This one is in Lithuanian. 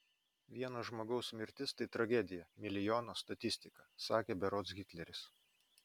vieno žmogaus mirtis tai tragedija milijono statistika sakė berods hitleris